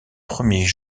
premiers